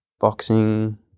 boxing